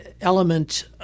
element